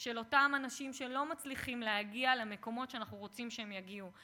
של אותם אנשים שלא מצליחים להגיע למקומות שאנחנו רוצים שהם יגיעו.